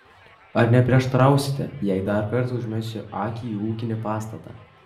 ar neprieštarausite jei dar kartą užmesiu akį į ūkinį pastatą